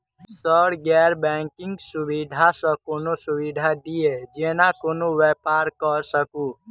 Sir गैर banking सुविधा सँ कोनों सुविधा दिए जेना कोनो व्यापार करऽ सकु?